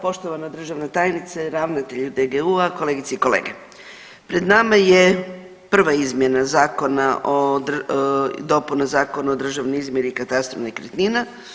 Poštovana državna tajnice, ravnatelji DGU-a, kolegice i kolege, pred nama je prva izmjena zakona o, dopuna Zakona o državnoj izmjeri i katastru nekretnina.